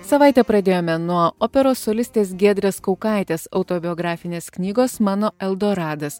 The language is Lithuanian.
savaitę pradėjome nuo operos solistės giedrės kaukaitės autobiografinės knygos mano eldoradas